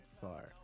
far